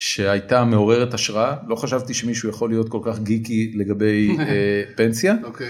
שהייתה מעוררת השראה לא חשבתי שמישהו יכול להיות כל כך גיקי לגבי פנסיה.